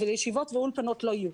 אבל ישיבות ואולפנות לא יהיו.